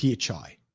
PHI